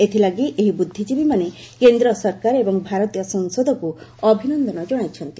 ଏଥିଲାଗି ଏହି ବୁଦ୍ଧିଜ୍ଞାବୀମାନେ କେନ୍ଦ୍ର ସରକାର ଏବଂ ଭାରତୀୟ ସଂସଦକୁ ଅଭିନନ୍ଦନ ଜଣାଇଛନ୍ତି